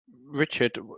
Richard